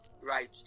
Right